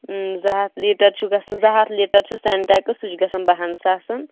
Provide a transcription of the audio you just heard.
زٕ ہَتھ لیٖٹَر چھُ گژھان زٕ ہَتھ لیٖٹَر چھُ سِنٹٮ۪کٕس سُہ چھُ گَژھان باہَن ساسَن